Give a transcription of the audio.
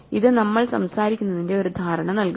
ഇത് നമ്മൾ സംസാരിക്കുന്നതിന്റെ ഒരു ധാരണ നൽകും